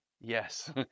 Yes